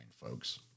folks